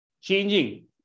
changing